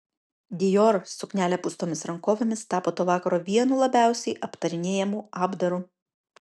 dior suknelė pūstomis rankovėmis tapo to vakaro vienu labiausiai aptarinėjamu apdaru